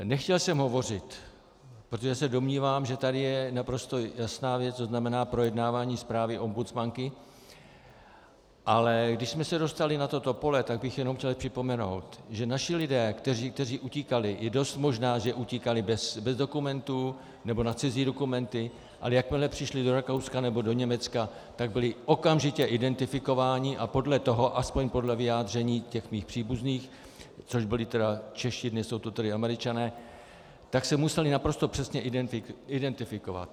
Nechtěl jsem hovořit, protože se domnívám, že tady je naprosto jasná věc, to znamená projednávání zprávy ombudsmanky, ale když jsme se dostali na toto pole, tak bych jenom chtěl připomenout, že naši lidé, kteří utíkali, i dost možná, že utíkali bez dokumentů nebo na cizí dokumenty, ale jakmile přišli do Rakouska nebo do Německa, tak byli okamžitě identifikováni a podle toho, aspoň podle vyjádření mých příbuzných, což byli Češi, dnes jsou to tedy Američané, tak se museli naprosto přesně identifikovat.